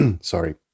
Sorry